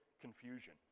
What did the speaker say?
confusion